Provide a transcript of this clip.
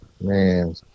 Man